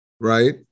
right